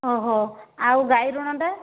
ଓହୋ ଆଉ ଗାଈ ଋଣଟା